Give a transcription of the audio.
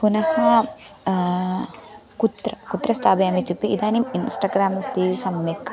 पुनः कुत्र कुत्र स्थापयामि इत्युक्ते इदानीम् इन्स्टग्राम् अस्ति सम्यक्